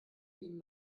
ihnen